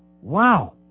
Wow